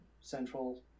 central